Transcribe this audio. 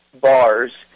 bars